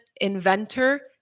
inventor